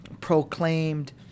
proclaimed